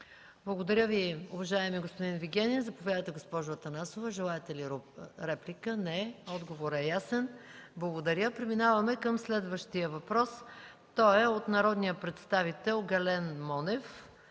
Благодаря Ви, уважаеми господин Вигенин. Заповядайте, госпожо Атанасова – желаете ли реплика? Не. Отговорът е ясен. Благодаря. Преминаваме към следващия въпрос. Той е от народния представител Гален Монев.